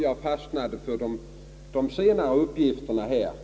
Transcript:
Jag fastnade för de senare uppgifterna där.